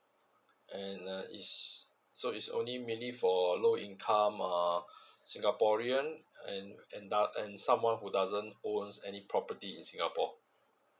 and uh is so it's only mainly for low income uh singaporean and and uh and someone who doesn't own any property in singapore